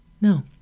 no